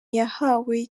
yahawe